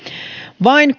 vain